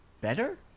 better